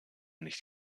nicht